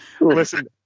Listen